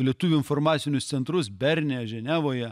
lietuvių informacinius centrus berne ženevoje